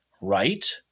right